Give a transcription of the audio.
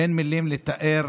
אין מילים לתאר